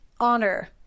honor